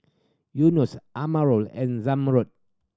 Yunos Amirul and Zamrud